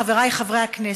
חבריי חברי הכנסת,